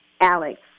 Alex